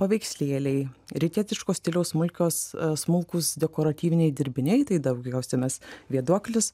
paveikslėliai rytietiško stiliaus smulkios smulkūs dekoratyviniai dirbiniai tai daugiausiai mes vėduoklius